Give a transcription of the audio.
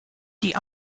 die